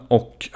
och